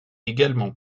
également